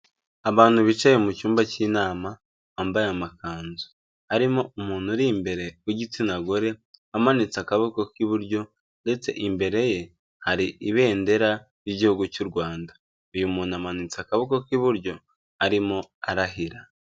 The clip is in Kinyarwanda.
Abantu bicaye mu cyumba cy'inama, bambaye amakanzu, harimo umuntu uri imbere, w'igitsina gore amanitse akaboko k'iburyo, ndetse imbere ye hari ibendera, ry'Igihugu cy'u Rwanda, uyu muntu amanitse akaboko k'iburyo arimo arahira.